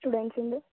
ಸ್ಟೂಡೆಂಟ್ಸಿಂದು